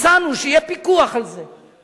הצענו שיהיה פיקוח על זה.